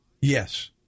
Yes